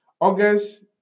August